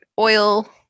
oil